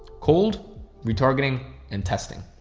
cold retargeting and testing.